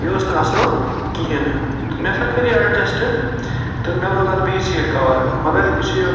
یہِ اوس نہٕ اصۭل کِہیٖنٛۍ نہٕ مےٚ ہسا کَریہِ اَیڈجسٹہٕ تہٕ مےٚ لوگ اتھ بیٚیہِ سیٖٹ کَور مگر یُس یہِ